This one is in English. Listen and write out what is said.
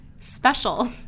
special